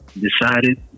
decided